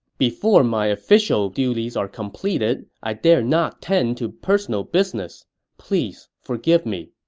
before my official duties are completed, i dare not tend to personal business. please forgive me.